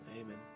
Amen